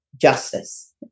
justice